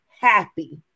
happy